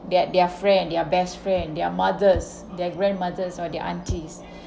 their their friend and their best friend their mothers their grandmothers or their aunties